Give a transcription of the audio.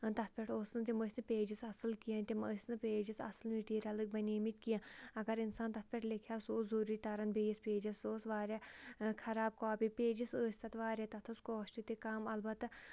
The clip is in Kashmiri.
تَتھ پٮ۪ٹھ اوس نہٕ تِم ٲسۍ نہٕ پیجِس اَصٕل کیٚنٛہہ تِم ٲسۍ نہٕ پیجِس اَصٕل مِٹیٖریَلٕکۍ بَنیمٕتۍ کیٚنٛہہ اَگَر اِنسان تَتھ پٮ۪ٹھ لیٚکھِہا سُہ اوس ضروٗری تران بیٚیِس پیجَس سُہ اوس وارِیاہ خراب کاپی پیجِس ٲسۍ تَتھ وارِیاہ تَتھ ٲس کوسٹ تہِ کَم اَلبَتہ